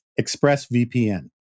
ExpressVPN